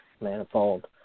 manifold